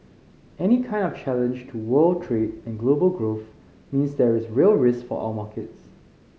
any kind of challenge to world trade and global growth means there is real risk for our markets